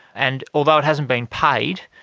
and although it hasn't been paid,